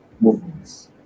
movements